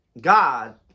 God